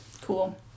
Cool